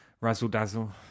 Razzle-dazzle